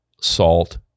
salt